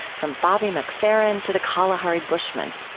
from bobby mcferrin to the kalahari bushmen.